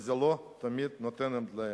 וזו לא תמיד ניתנת להם.